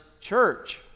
church